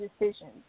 decisions